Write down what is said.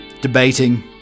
debating